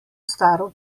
staro